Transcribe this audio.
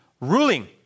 ruling